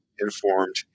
informed